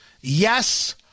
Yes